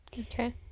Okay